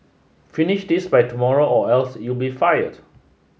finish this by tomorrow or else you be fired